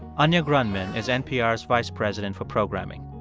anya grundmann is npr's vice president for programming.